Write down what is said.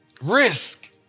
Risk